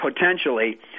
potentially